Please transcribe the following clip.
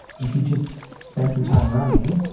if you just spend some time running,